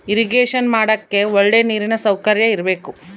irrigation ಮಾಡಕ್ಕೆ ಒಳ್ಳೆ ನೀರಿನ ಸೌಕರ್ಯ ಇರಬೇಕು